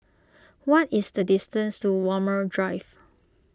what is the distance to Walmer Drive